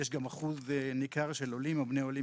יש גם אחוז ניכר של עולים או בני עולים